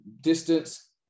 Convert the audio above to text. Distance